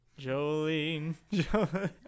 Jolene